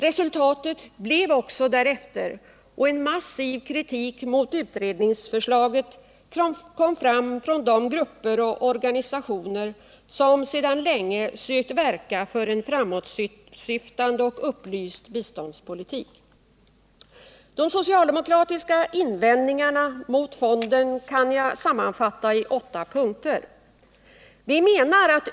Resultatet blev också därefter, och en massiv kritik mot utredningsförslaget kom fram från de grupper och organisationer som sedan länge sökt verka för en framåtsyftande och upplyst biståndspolitik. De socialdemokratiska invändningarna mot fonden kan jag sammanfatta i åtta punkter. 1.